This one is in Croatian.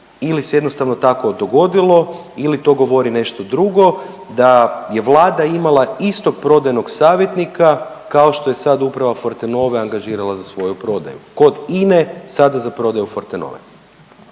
ili se jednostavno tako dogodilo ili to govori nešto drugo da je Vlada imala istog prodajnog kao što je sad uprava Fortenove angažirala za svoju prodaju kod INE sada za prodaju Fortenove.